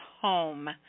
Home